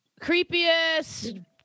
creepiest